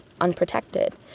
unprotected